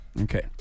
Okay